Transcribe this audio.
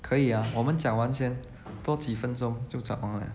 可以 ah 我们讲完先多几分钟就讲完了